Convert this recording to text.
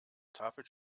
tafel